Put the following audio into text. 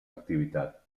activitat